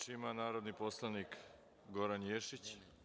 ima narodni poslanik Goran Ješić.